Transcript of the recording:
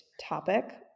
topic